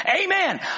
Amen